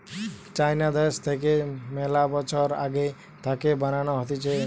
চাইনা দ্যাশ থাকে মেলা বছর আগে থাকে বানানো হতিছে